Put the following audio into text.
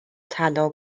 طلا